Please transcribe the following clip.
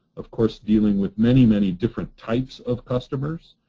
of course dealing with many many different types of customers,